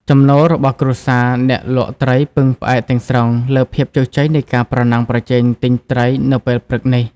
ចំណូល របស់គ្រួសារអ្នកលក់ត្រីពឹងផ្អែកទាំងស្រុងលើភាពជោគជ័យនៃការប្រណាំងប្រជែងទិញត្រីនៅពេលព្រឹកនេះ។